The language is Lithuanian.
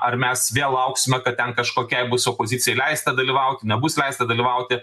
ar mes vėl lauksime kad ten kažkokiai bus opozicijai leista dalyvauti nebus leista dalyvauti